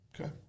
Okay